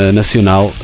nacional